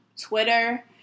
Twitter